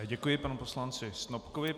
Děkuji panu poslanci Snopkovi.